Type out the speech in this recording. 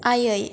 आयै